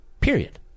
Period